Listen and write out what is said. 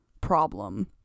problem